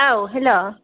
औ हेल'